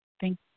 Thank